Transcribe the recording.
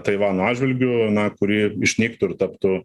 taivano atžvilgiu na kuri išnyktų ir taptų